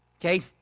okay